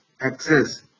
access